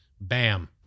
bam